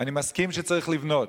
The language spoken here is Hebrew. אני מסכים שצריך לבנות,